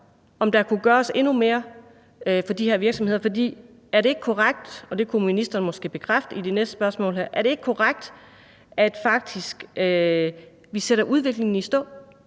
om der kunne gøres endnu mere for de her virksomheder? For er det ikke korrekt – og det kunne ministeren måske bekræfte i svaret i forbindelse med det næste spørgsmål – at vi faktisk sætter udviklingen i stå,